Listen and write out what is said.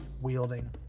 wielding